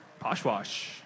Poshwash